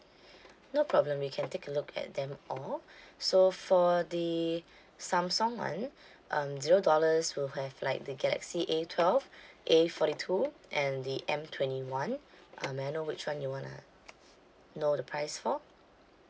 no problem we can take a look at them all so for the samsung [one] um zero dollar's will have like the galaxy A twelve A forty two and the M twenty one uh may I know which one you want to know the price for